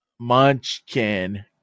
munchkin